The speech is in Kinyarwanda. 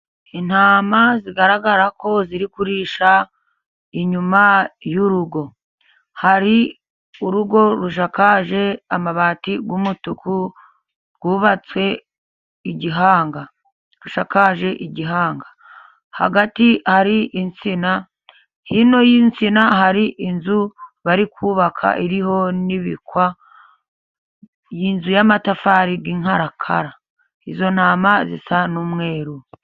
Intama zigaragara ko ziri kurisha inyuma y'urugo. Hari urugo rusakaje amabati y'umutuku rwubatswe igihanga. Rushakaje igihanga. Hagati hari insina, hino y'insina hari inzu bari kubaka iriho n'ibikwa. Ni inzu y'amatafari y'inkarakara. Izo ntama zisa n'umweru.